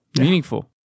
meaningful